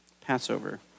Passover